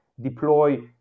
deploy